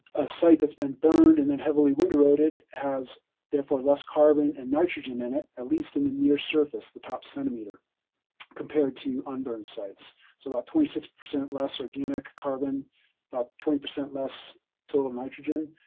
a site that's been burned and then heavily wind eroded has therefore less carbon and nitrogen in it, at least in the near surface, the top centimeter compared to un-burned sites. so about twenty six percent less organic carbon about twenty percent less total nitrogen.